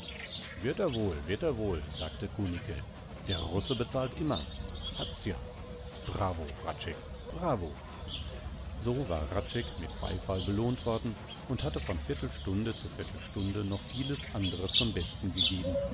wird er wohl wird er wohl sagte kunicke der russe bezahlt immer hat's ja bravo hradscheck bravo so war hradscheck mit beifall belohnt worden und hatte von viertelstunde zu viertelstunde noch vieles andre zum besten gegeben